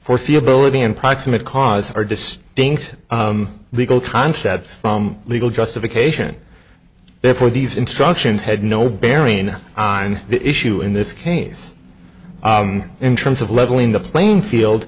foreseeability and proximate cause are distinct legal concepts from legal justification therefore these instructions had no bearing on the issue in this case in terms of leveling the playing field